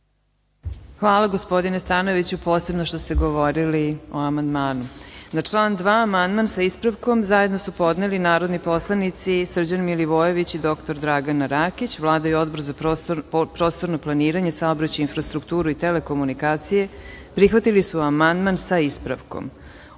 Hvala, gospodine Stanojeviću, posebno što ste govorili o amandmanu. Na član 2. amandman, sa ispravkom, su podneli narodni poslanici Srđan Milivojević i dr Dragana Rakić. Vlada i Odbor za prostorno planiranje, saobraćaj, infrastrukturu i telekomunikacije prihvatili su amandman sa ispravkom,